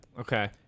Okay